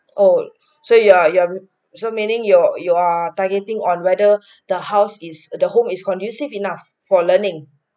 oh so you are you are so meaning you're you are targeting on whether the house is the home is conducive enough for learning